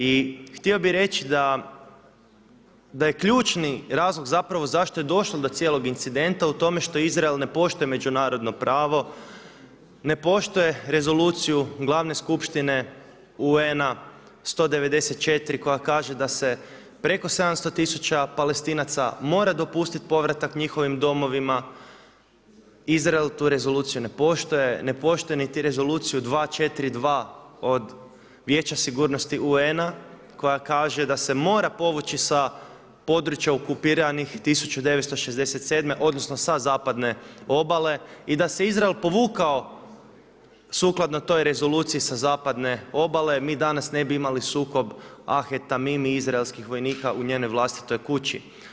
I htio bih reći da je ključni razlog zapravo zašto je došlo do cijelog incidenta u tome što Izrael ne poštuje međunarodno pravo, ne poštuje rezoluciju glavne skupštine UN-a 194. koja kaže da se preko 700 tisuća Palestinaca mora dopustiti povratak njihovim domovima, Izrael tu rezoluciju ne poštuje, ne poštuje niti Rezoluciju 2.4.2. od Vijeća sigurnosti UN-a koja kaže da se mora povući sa područja okupiranih 1967. odnosno sa zapadne obale i da se Izrael povukao sukladno toj rezoluciji sa za zapadne obale mi danas ne bi imali sukob Ahed Tamimi, izraelskih vojnika u njenoj vlasnitoj kući.